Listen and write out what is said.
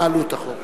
מה העלות החוק הזה?